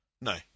No